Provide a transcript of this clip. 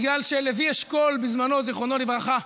בגלל שלוי אשכול, זיכרונו לברכה,